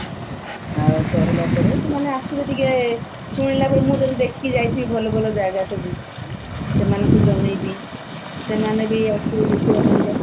ଆଉ କହିଲା ପରେ ସେମାନେ ଆସିବେ ଟିକେ ଶୁଣିଲାବେଳେ ମୁଁ ଯଦି ଦେଖିକି ଯାଇଥିବି ଭଲ ଭଲ ଜାଗା ସବୁ ସେମାନଙ୍କୁ ଜଣେଇବି ସେମାନେ ବି ଆସିବେ ଦେଖିବା ପାଇଁକା